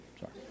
Sorry